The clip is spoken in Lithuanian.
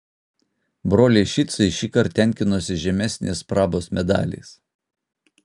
broliai šicai šįkart tenkinosi žemesnės prabos medaliais